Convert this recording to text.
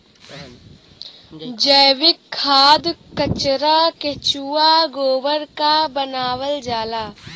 जैविक खाद कचरा केचुआ गोबर क बनावल जाला